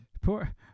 Poor